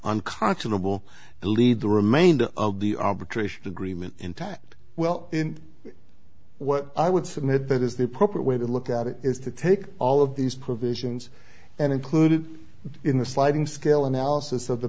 unconscionable and lead the remainder of the arbitration agreement intact well in what i would submit that is the proper way to look at it is to take all of these provisions and included in the sliding scale analysis of the